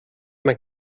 man